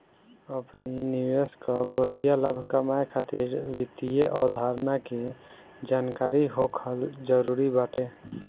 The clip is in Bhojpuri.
अपनी निवेश कअ बढ़िया लाभ कमाए खातिर वित्तीय अवधारणा के जानकरी होखल जरुरी बाटे